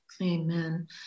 Amen